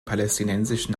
palästinensischen